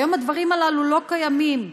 היום הדברים הללו לא קיימים.